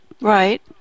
Right